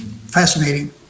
Fascinating